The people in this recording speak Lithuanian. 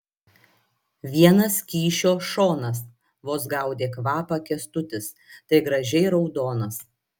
vienas kyšio šonas vos gaudė kvapą kęstutis tai gražiai raudonas